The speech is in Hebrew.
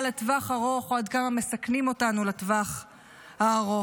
לטווח ארוך או עד כמה מסכנים אותנו לטווח הארוך.